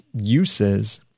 uses